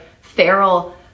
feral